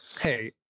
Hey